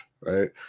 Right